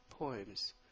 Poems